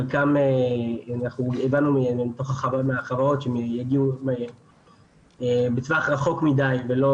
חלקן הבנו מהחברות שהן יגיעו בטווח רחוק מדי ולא